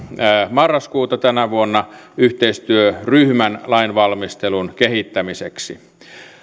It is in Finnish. marraskuuta tänä vuonna yhteistyöryhmän lainvalmistelun kehittämiseksi